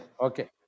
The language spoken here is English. Okay